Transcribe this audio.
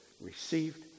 received